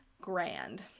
grand